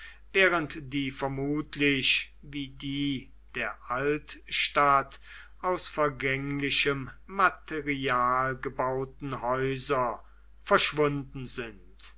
während die vermutlich wie die der altstadt aus vergänglichem material gebauten häuser verschwunden sind